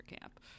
camp